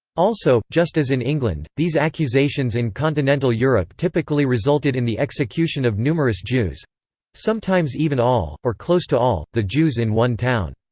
also, just as in england, these accusations in continental europe typically resulted in the execution of numerous jews sometimes even all, or close to all, the jews in one town.